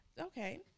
okay